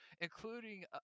including